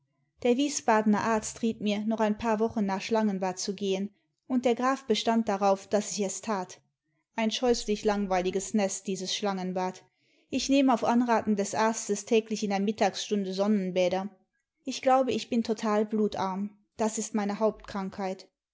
der wiesbadener arzt riet mir noch ein paar wochen nach schlangenbad zu gehen und der graf bestand darauf daß ich es tat ein scheußlich langweiliges nest dieses schlangenbad ich nehm auf anraten des arztes täglich in der mittagsstxinde sonnenbäder ich glaube ich bin total blutarm das ist meine